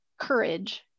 courage